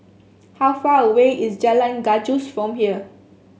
how far away is Jalan Gajus from here